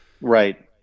right